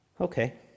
Okay